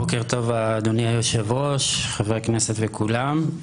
בוקר טוב, אדוני היושב ראש, חברי הכנסת וכולם.